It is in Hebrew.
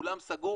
אולם סגור,